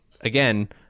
again